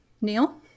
neil